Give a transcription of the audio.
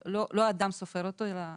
לא אדם סופר אותו אלא מכונה,